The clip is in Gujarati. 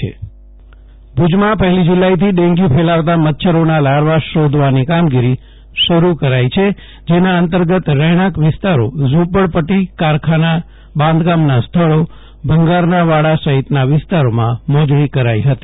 જયદિપ વૈષ્ણવ ભુજમાં ડેંગ્યુ કામગીરી ભુજમાં પફેલી જૂલાઇથી ડેંગ્યૂ ફેલાવતા મચ્છરોના લારવા શોધવાની કામગીરી શરૂ કરાઇ છે જેના અંતર્ગત રહેણાંક વિસ્તારો ઝ્રપડપદી કારખાના બાંધકામના સ્થળો ભંગારના વાડા સહિતના વિસ્તારોમાં મોજણી કરાઇ ફતી